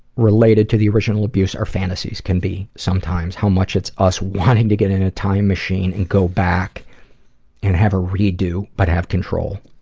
related to the original abuse our fantasies can be sometimes. how much it's us wanting to get in a time machine and go back and have a redo, but have control,